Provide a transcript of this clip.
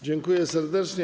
Dziękuję serdecznie.